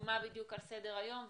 מה בדיוק על סדר היום,